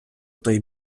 той